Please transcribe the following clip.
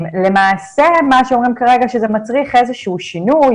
למעשה מה שאומרים כרגע זה שזה מצריך איזשהו שינוי,